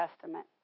Testament